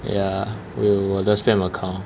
ya 我有我的 spam account